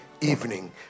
evening